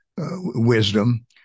wisdom